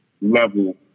level